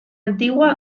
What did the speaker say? antigua